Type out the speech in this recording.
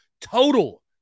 total